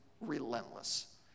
relentless